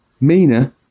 Mina